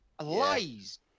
Lies